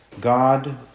God